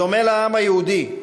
בדומה לעם היהודי,